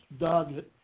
Doggett